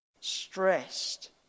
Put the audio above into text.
stressed